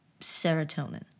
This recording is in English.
serotonin